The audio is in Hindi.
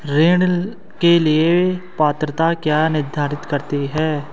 ऋण के लिए पात्रता क्या निर्धारित करती है?